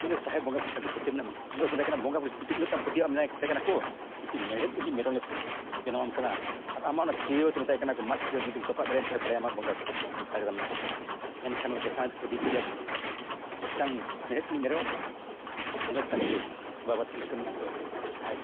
ᱤᱧᱫᱚ ᱥᱟᱦᱮᱵᱽ ᱵᱚᱸᱜᱟᱼᱵᱩᱨᱩ ᱪᱮᱛᱟᱱ ᱟᱹᱰᱤ ᱯᱟᱹᱛᱭᱟᱹᱣ ᱢᱮᱱᱟᱜᱼᱟ ᱵᱚᱸᱜᱟᱼᱵᱩᱨᱩ ᱪᱮᱛᱟᱱ ᱡᱩᱫᱤ ᱩᱱᱟᱹᱜ ᱛᱟᱢ ᱯᱟᱹᱛᱭᱟᱹᱣ ᱢᱮᱱᱟᱜ ᱛᱟᱢ ᱢᱮᱛᱟᱭ ᱠᱟᱱᱟ ᱠᱚ ᱢᱤᱫᱴᱤᱡ ᱢᱮᱲᱦᱮᱫ ᱡᱩᱫᱤ ᱢᱮᱨᱚᱢ ᱞᱮ ᱵᱮᱱᱟᱣᱟᱢ ᱠᱟᱱᱟ ᱟᱨ ᱟᱢᱟᱜ ᱚᱱᱟ ᱛᱤᱨᱭᱳ ᱛᱮ ᱢᱮᱛᱟᱭ ᱠᱟᱱᱟ ᱠᱚ ᱢᱟᱜ ᱛᱮ ᱡᱩᱫᱤᱢ ᱛᱚᱯᱟᱜ ᱫᱟᱲᱮᱭᱟᱭᱟ ᱮᱱᱠᱷᱟᱱ ᱞᱮ ᱵᱟᱲᱟᱭᱟ ᱟᱢᱟᱜ ᱵᱚᱸᱜᱟᱼᱵᱩᱨᱩ ᱫᱟᱲᱮ ᱢᱮᱱᱟᱜᱼᱟ ᱢᱮᱱᱠᱷᱟᱱ ᱜᱚᱸᱥᱟᱭ ᱛᱟᱠᱚ ᱤᱫᱤ ᱠᱮᱫᱮᱭᱟ ᱢᱤᱫᱴᱟᱝ ᱢᱮᱲᱦᱮᱫ ᱨᱤᱱᱤᱡ ᱢᱮᱨᱚᱢ ᱤᱱᱟᱹ ᱛᱟᱠ ᱨᱮ ᱵᱟᱵᱟ ᱛᱤᱞᱠᱟᱹ ᱢᱟᱹᱡᱷᱤ ᱫᱚ ᱟᱡ